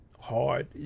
hard